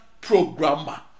programmer